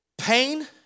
Pain